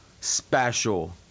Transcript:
special